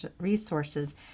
resources